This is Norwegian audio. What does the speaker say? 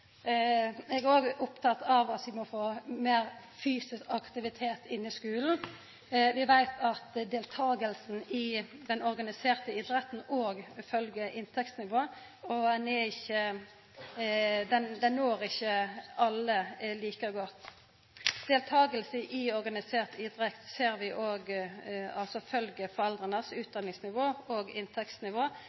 Eg er oppteken av at vi må få meir fysisk aktivitet inn i skulen. Vi veit at deltakinga i den organiserte idretten òg følgjer inntektsnivå og ikkje når alle like godt. Deltaking i organisert idrett ser vi òg følgjer foreldra sitt utdannings- og inntektsnivå.